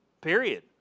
period